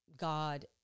God